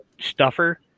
stuffer